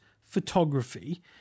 photography